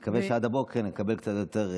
אני מקווה שעד הבוקר נקבל קצת יותר בינה.